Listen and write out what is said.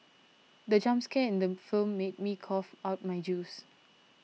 the jump scare in the film made me cough out my juice